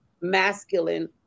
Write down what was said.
masculine